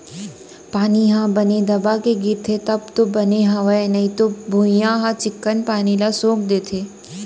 पानी ह बने दबा के गिरथे तब तो बने हवय नइते भुइयॉं ह चिक्कन पानी ल सोख देथे